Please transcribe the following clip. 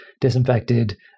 disinfected